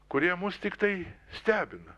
kurie mus tiktai stebina